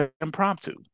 impromptu